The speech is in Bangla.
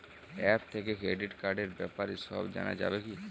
অ্যাপ থেকে ক্রেডিট কার্ডর ব্যাপারে সব জানা যাবে কি?